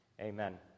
Amen